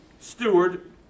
steward